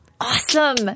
awesome